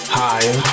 higher